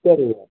சரிங்க